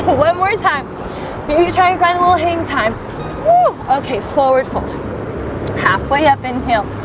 one more time but you you try and find a little hang time okay forward fold halfway up inhale